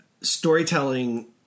storytelling